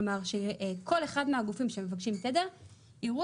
כלומר כל אחד מהגופים שמבקשים תדר ייראו